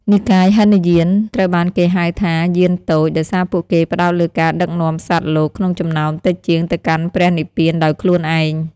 និកាយហីនយានត្រូវបានគេហៅថា "យានតូច" ដោយសារពួកគេផ្តោតលើការដឹកនាំសត្វលោកក្នុងចំនួនតិចជាងទៅកាន់ព្រះនិព្វានដោយខ្លួនឯង។